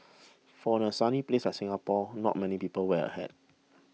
for a sunny place like Singapore not many people wear a hat